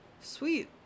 Sweet